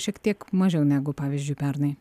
šiek tiek mažiau negu pavyzdžiui pernai